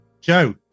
Joe